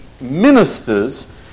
ministers